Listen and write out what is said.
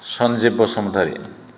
Sanjib Basumatary